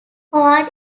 hoard